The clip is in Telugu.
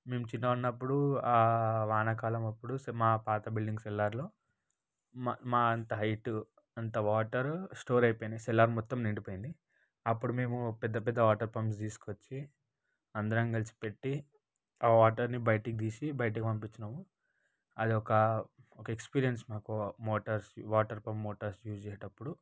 మేము చిన్నగావున్నప్పుడు వానాకాలం అప్పుడు మా పాత బిల్డింగ్ సెల్లార్లలో మా మా అంత హైట్ వాటర్ స్టోర్ అయిపోయినాయి సెల్లార్ మొత్తం నిండిపోయింది అప్పుడు పెద్ద పెద్ద ఆ వాటర్ని బయటకి తీసి బయటకు పంపించినం అది ఒక ఎక్స్పీరియన్స్ మాకు motors water pump motor use చేసినప్పుడు